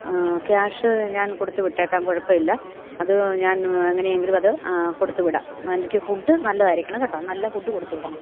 cash ഞാൻ കൊടുത്തു വിട്ടേക്കാം കുഴപ്പമില്ല അതു ഞാൻ എങ്ങനെയെങ്കിലും അത് കൊടുത്തു വിടാം എനിക്ക് ഫുഡ് നല്ലതായിരിക്കണം കേട്ടോ നല്ല ഫുഡ് കൊടുത്തു വിടണം